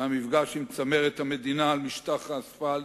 המפגש עם צמרת המדינה על משטח האספלט,